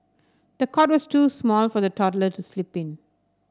the cot was too small for the toddler to sleep in